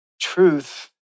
truth